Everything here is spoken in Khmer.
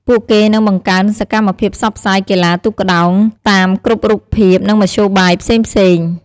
ពួកគេនឹងបង្កើនសកម្មភាពផ្សព្វផ្សាយកីឡាទូកក្ដោងតាមគ្រប់រូបភាពនឹងមធ្យោបាយផ្សេងៗ។